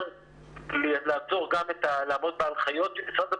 כדי לעמוד בהנחיות של משרד הבריאות,